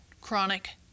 chronic